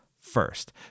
first